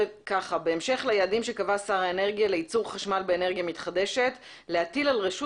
"בהמשך ליעדים שקבע שר האנרגיה לייצור חשמל באנרגיה מתחדשת להטיל על רשות